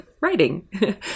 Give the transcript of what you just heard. writing